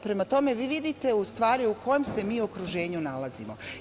Prema tome, vi vidite, u stvari, u kojem se mi okruženju nalazimo.